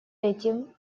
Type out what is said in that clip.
этим